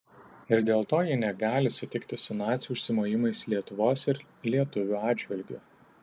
ir dėl to ji negali sutikti su nacių užsimojimais lietuvos ir lietuvių atžvilgiu